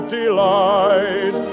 delight